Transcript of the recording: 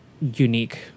unique